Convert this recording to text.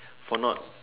for not